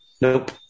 Nope